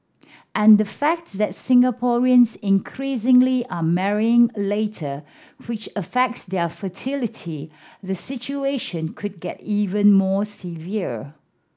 add the fact that Singaporeans increasingly are marrying later which affects their fertility the situation could get even more severe